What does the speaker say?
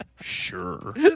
Sure